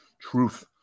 truth